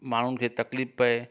त माण्हुनि खे तकलीफ़ पए